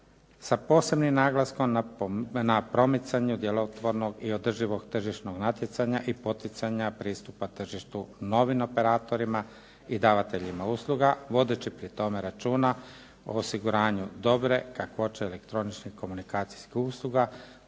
sa posebnim naglaskom na promicanju djelotvornog i održivog tržišnog natjecanja i poticanja pristupa tržištu novim operatorima i davateljima usluga vodeći pri tome računa o osiguranju dobre kakvoće elektroničke komunikacijskih usluga